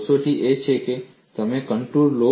કસોટી એ છે કે તમે કોન્ટૂર લો